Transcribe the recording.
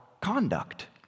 conduct